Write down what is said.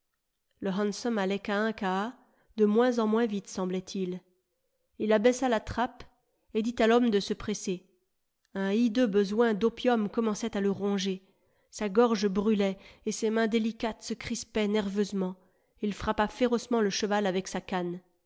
le hansom allait cahin-caha de moins en moins vite semblait-il il abaissa la trappe et dit à l'homme de se presser un hideux besoin d'opium commençait à le ronger sa gorge brûlait et ses mains délicates se crispaient nerveusement il frappa férocement le cheval avec sa canne